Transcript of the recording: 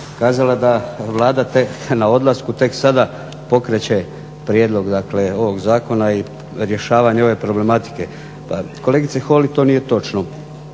kazala da Vlada tek na odlasku tek sada pokreće prijedlog dakle ovog zakona i rješavanje ove problematike. Pa kolegice Holy to nije točno.